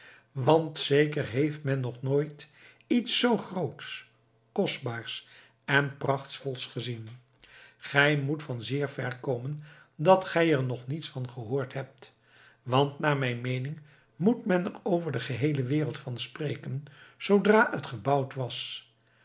want zeker heeft men nog nooit iets zoo grootsch kostbaars en prachtvols gezien gij moet van zeer ver komen dat gij er nog niets van gehoord hebt want naar mijn meening moet men er over de geheele wereld van spreken zoodra het gebouwd was